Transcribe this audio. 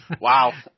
Wow